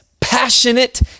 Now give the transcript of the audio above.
passionate